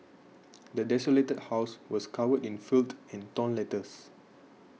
the desolated house was covered in filth and torn letters